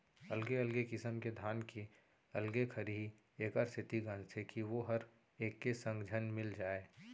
अलगे अलगे किसम के धान के अलगे खरही एकर सेती गांजथें कि वोहर एके संग झन मिल जाय